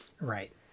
Right